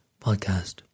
podcast